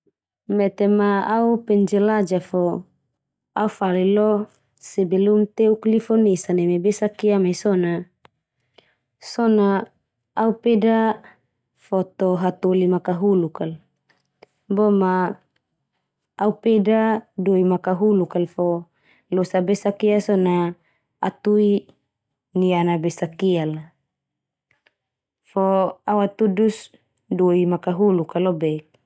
Metema au penjelajah fo au fali lo sebelum teuk lifunesa neme besakia mai so na so na, au peda foto hatoli makahuluk al boma au peda doi makahuluk al. Fo losa besakia so na, au tui niana besakia la, fo au atudus doi makahuluk al lobek.